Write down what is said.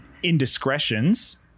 indiscretions